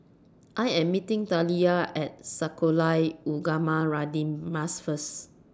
I Am meeting Taliyah At Sekolah Ugama Radin Mas First